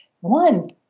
one